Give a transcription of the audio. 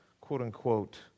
quote-unquote